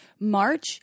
March